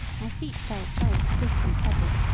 my feet felt very stiff and heavy,